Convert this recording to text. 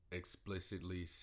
explicitly